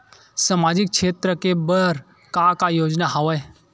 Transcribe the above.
सामाजिक क्षेत्र के बर का का योजना हवय?